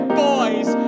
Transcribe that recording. boys